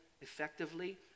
effectively